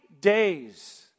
days